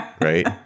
right